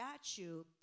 statue